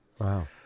Wow